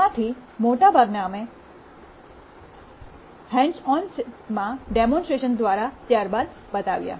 તેમાંથી મોટાભાગના અમે હૅન્ડસ ઓનમાં ડેમૉન્સ્ટ્રેશન દ્વારા ત્યારબાદ બતાવ્યા